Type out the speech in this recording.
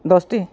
ᱫᱚᱥᱴᱤ